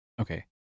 okay